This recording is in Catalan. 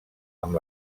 amb